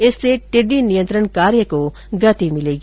इससे टिड्डी नियंत्रण कार्य को गति मिलेगी